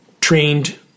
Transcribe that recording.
trained